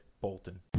Bolton